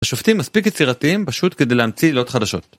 השופטים מספיק יצירתיים פשוט כדי להמציא עילות חדשות.